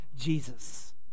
Jesus